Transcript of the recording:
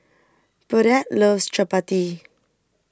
Burdette loves Chapati